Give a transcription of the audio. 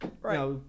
Right